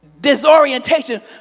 disorientation